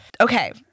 Okay